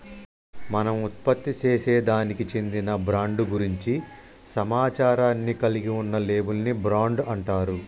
మనం ఉత్పత్తిసేసే దానికి చెందిన బ్రాండ్ గురించి సమాచారాన్ని కలిగి ఉన్న లేబుల్ ని బ్రాండ్ అంటారు